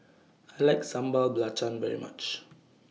I like Sambal Belacan very much